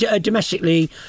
domestically